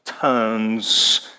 turns